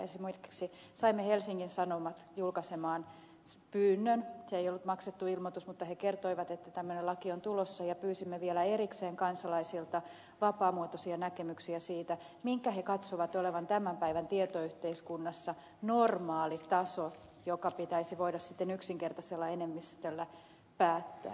esimerkiksi saimme helsingin sanomat julkaisemaan pyynnön se ei ollut maksettu ilmoitus mutta he kertoivat että tämmöinen laki on tulossa ja pyysimme vielä erikseen kansalaisilta vapaamuotoisia näkemyksiä siitä minkä he katsovat olevan tämän päivän tietoyhteiskunnassa normaalitaso joka pitäisi voida sitten yksinkertaisella enemmistöllä päättää